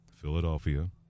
Philadelphia